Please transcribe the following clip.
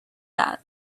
that